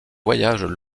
voyages